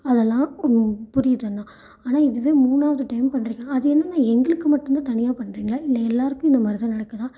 அதெல்லாம் உ புரியுதுண்ணா ஆனால் இதுவே மூணாவது டைம் பண்ணுறீங்க அது என்னென்னா எங்களுக்கு மட்டும் தான் தனியாக பண்ணுறீங்களா இல்லை எல்லோருக்கும் இந்த மாதிரி தான் நடக்குதா